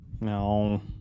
No